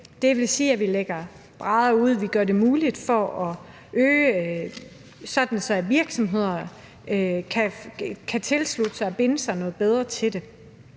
Det vil sige, at vi lægger brædder ud og gør det muligt at udvide, sådan at virksomheder kan tilslutte sig og binde sig noget bedre til det.